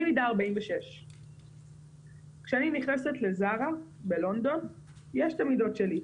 אני מידה 46. כשאני נכנסת לזארה בלונדון יש את המידות שלי.